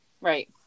right